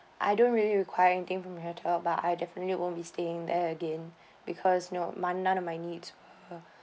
I don't really require anything from your hotel but I definitely won't be staying there again because no none of my needs